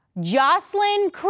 Jocelyn